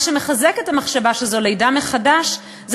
מה שמחזק את המחשבה שזו לידה מחדש זאת